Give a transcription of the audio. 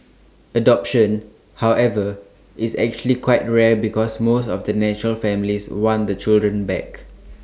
adoption however is actually quite rare because most of the natural families want the children back